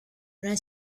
una